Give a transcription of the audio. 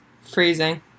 Freezing